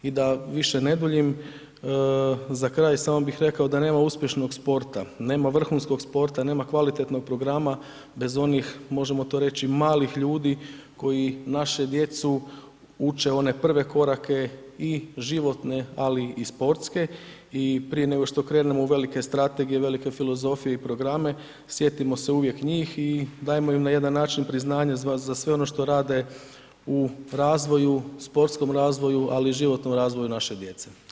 I da više ne duljim, za kraj samo bih rekao da nema uspješnog sporta, nema vrhunskog sporta, nema kvalitetnog programa bez onih, možemo to reći malih ljudi koji našu djecu uče one prve korake i životne, ali i sportske i prije nego što krenemo u velike strategije, velike filozofije i programe sjetimo se uvijek njih i dajmo im na jedan način priznanje za sve ono što rade u razvoju sportskom razvoju, ali i životnom razvoju naše djece.